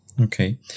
Okay